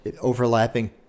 overlapping